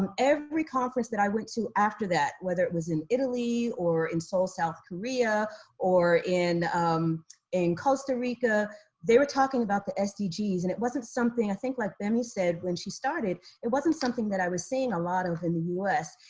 um every conference that i went to after that whether it was in italy or in seoul, south korea or in um in costa rica they were talking about the sdgs and it wasn't something i think like bemi said when she started it wasn't something that i was seeing a lot of in the us,